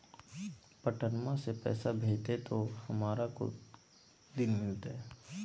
पटनमा से पैसबा भेजते तो हमारा को दिन मे मिलते?